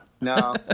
no